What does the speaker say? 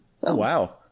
wow